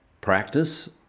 practice